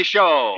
Show